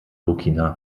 burkina